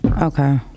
okay